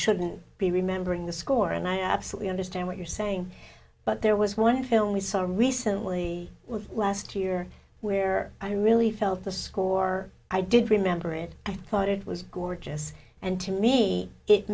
shouldn't be remembering the score and i absolutely understand what you're saying but there was one film we saw recently last year where i really felt the score i did remember it i thought it was gorgeous and to me it